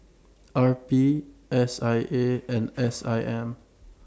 R P S I A and S I M